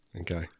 Okay